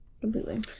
Completely